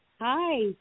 Hi